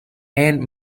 and